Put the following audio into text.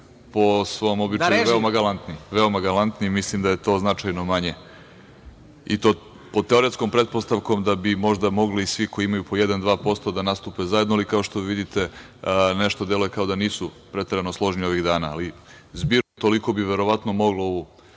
po svom običaju veoma galantni i mislim da je to značajno manje. I to pod teoretskom pretpostavkom da bi možda mogli svi koji imaju po jedan, dva posto da nastupe zajedno, ali kao što vidite, nešto deluje kao da nisu preterano složni ovih dana. Ali, zbir, toliko bi verovatno moglo u